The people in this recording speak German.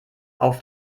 auf